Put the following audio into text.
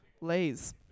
Lays